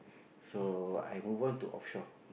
so I move on to offshore